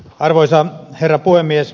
arvoisa herra puhemies